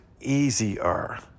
easier